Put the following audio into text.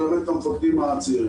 ללמד את המפקדים הצעירים.